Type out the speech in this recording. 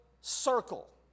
circle